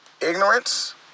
ignorance